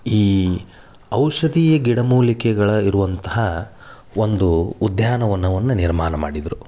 ಈ ಔಷಧೀಯ ಗಿಡಮೂಲಿಕೆಗಳ ಇರುವಂತಹ ಒಂದು ಉದ್ಯಾನವನವನ್ನು ನಿರ್ಮಾಣ ಮಾಡಿದ್ದರು